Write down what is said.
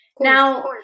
Now